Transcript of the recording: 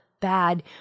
bad